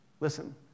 Listen